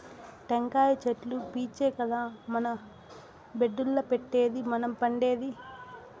టెంకాయ చెట్లు పీచే కదా మన బెడ్డుల్ల పెట్టేది మనం పండేది